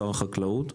שר החקלאות,